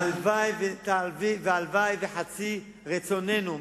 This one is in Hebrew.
והלוואי שחצי רצוננו,